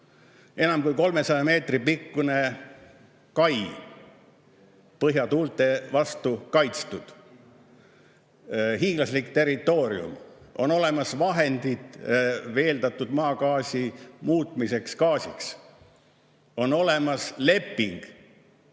Enam kui 300 meetri pikkune kai. Põhjatuulte vastu kaitstud. Hiiglaslik territoorium. On olemas vahendid veeldatud maagaasi muutmiseks gaasiks. On olemas leping